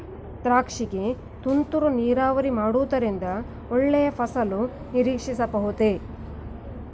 ದ್ರಾಕ್ಷಿ ಗೆ ತುಂತುರು ನೀರಾವರಿ ಮಾಡುವುದರಿಂದ ಒಳ್ಳೆಯ ಫಸಲು ನಿರೀಕ್ಷಿಸಬಹುದೇ?